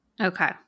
Okay